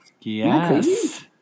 Yes